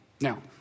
Now